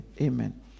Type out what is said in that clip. Amen